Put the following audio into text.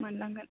मोनलांगोन